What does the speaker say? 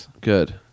Good